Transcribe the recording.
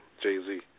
Jay-Z